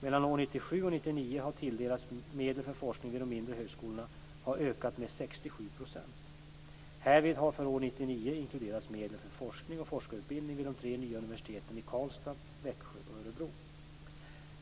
Mellan år 1997 och år 1999 har tilldelade medel för forskning vid de mindre och medelstora högskolorna ökats med 67 %. Härvid har för år 1999 inkluderats medel för forskning och forskarutbildning vid de tre nya universiteten i Karlstad, Växjö och Örebro.